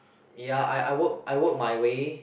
ya I I worked I worked my way